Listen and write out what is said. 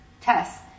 test